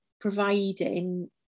providing